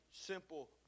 simple